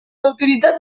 autoritats